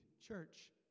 church